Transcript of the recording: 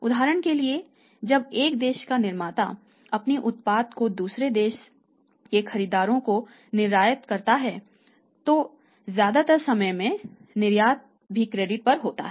उदाहरण के लिए जब एक देश का निर्माता अपने उत्पाद को दूसरे देश के खरीदारों को निर्यात करता है तो ज्यादातर समय में निर्यात भी क्रेडिट पर होता है